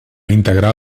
integrar